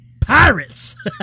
pirates